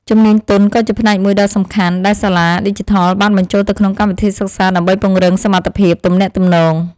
ជំនាញទន់ក៏ជាផ្នែកមួយដ៏សំខាន់ដែលសាលាឌីជីថលបានបញ្ចូលទៅក្នុងកម្មវិធីសិក្សាដើម្បីពង្រឹងសមត្ថភាពទំនាក់ទំនង។